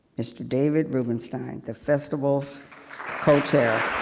mr. david rubenstein, the festival's co-chair.